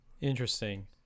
Interesting